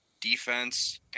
defense